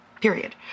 period